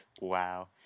Wow